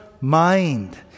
mind